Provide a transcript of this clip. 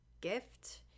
gift